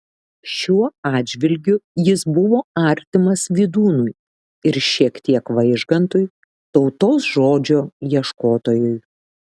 šiuo atžvilgiu jis buvo artimas vydūnui ir šiek tiek vaižgantui tautos žodžio ieškotojui